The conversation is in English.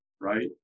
right